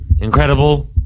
incredible